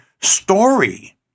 story